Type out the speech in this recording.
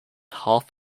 half